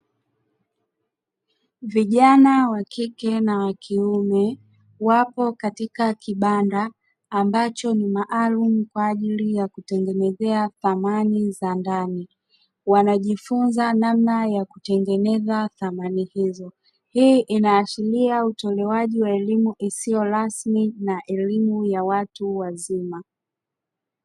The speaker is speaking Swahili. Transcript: Vijana wakike na wakiume wapo katika kibanda ambacho ni maalumu, kwa ajili ya kutengenezea samani za ndani wanajifunza namna ya kutengeneza samani hizo hii inaashiria utolewaji wa elimu isiyo rasmi na elimu ya watu wazima.